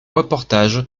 reportage